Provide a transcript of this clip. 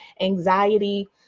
anxiety